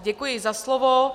Děkuji za slovo.